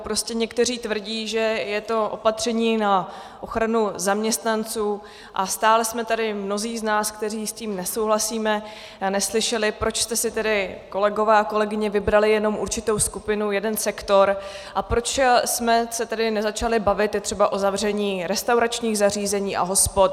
Prostě někteří tvrdí, že je to opatření na ochranu zaměstnanců, a stále jsme tady mnozí z nás, kteří s tím nesouhlasíme, neslyšeli, proč jste si tedy, kolegové a kolegyně, vybrali jenom určitou skupinu, jeden sektor a proč jsme se tedy nezačali bavit i třeba o zavření restauračních zařízení a hospod.